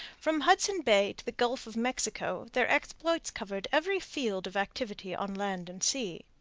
from hudson bay to the gulf of mexico their exploits covered every field of activity on land and sea.